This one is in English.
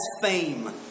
fame